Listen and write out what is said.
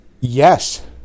Yes